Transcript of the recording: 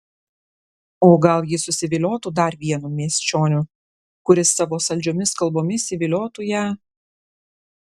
o gal ji susiviliotų dar vienu miesčioniu kuris savo saldžiomis kalbomis įviliotų ją